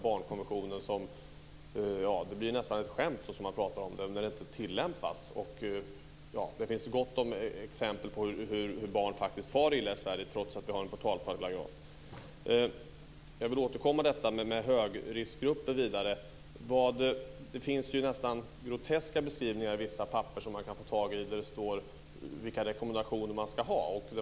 Barnkonventionen blir nästan ett skämt, så som man pratar om den, när den inte tillämpas. Det finns gott om exempel på hur barn faktiskt far illa i Sverige trots att vi har en portalparagraf. Jag vill vidare återkomma till frågan om högriskgrupper. Det finns nästan groteska beskrivningar i vissa papper som man kan få tag i. Det står vilka rekommendationer man ska göra.